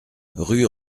rue